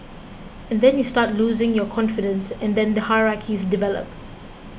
and then you start losing your confidence and then the hierarchies develop